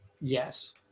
yes